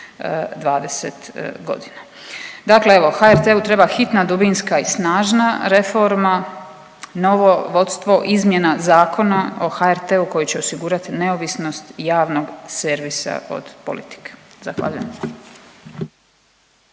20 godina. Dakle, evo HRT-u treba hitna, dubinska i snažna reforma, novo vodstvo, izmjena Zakona o HRT-u koji će osigurati neovisnost javnog servisa od politike. Zahvaljujem.